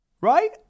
Right